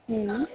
ಹ್ಞೂ